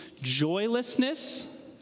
joylessness